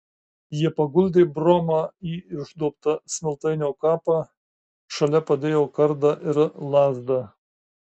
jie paguldė bromą į išduobtą smiltainio kapą šalia padėjo kardą ir lazdą